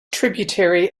tributary